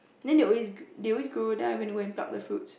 then they always they always grow then I went to go and pluck the fruits